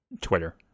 Twitter